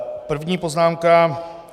První poznámka.